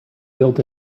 built